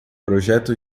projeto